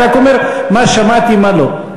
אני רק אומר מה שמעתי ומה לא.